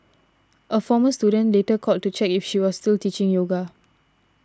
a former student later called to check if she was still teaching yoga